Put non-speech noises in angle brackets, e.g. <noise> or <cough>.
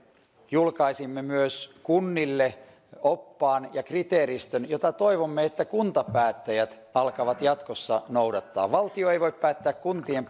julkaisimme myös kunnille oppaan ja kriteeristön jota toivomme kuntapäättäjien alkavan jatkossa noudattaa valtio ei voi päättää kuntien <unintelligible>